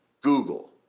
Google